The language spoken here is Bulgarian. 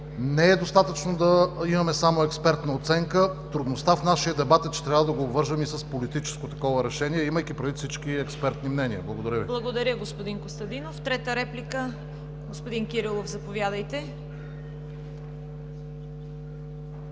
Не е достатъчно да имаме само експертна оценка, а трудността в нашия дебат е, че трябва да го обвържем и с политическо решение, имайки предвид всички експертни мнения. Благодаря Ви. ПРЕДСЕДАТЕЛ ЦВЕТА КАРАЯНЧЕВА: Благодаря Ви, господин Костадинов. Трета реплика? Господин Кирилов, заповядайте.